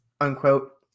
unquote